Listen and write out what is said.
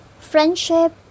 friendship